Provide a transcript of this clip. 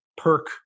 perk